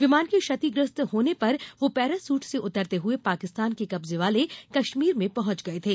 विमान के क्षतिग्रस्त होने पर वह पैराशूट से उतरते हुए पाकिस्तान के कब्जे वाले कश्मीर में पहुंच गये थे